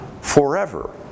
forever